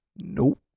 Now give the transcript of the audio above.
nope